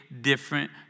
different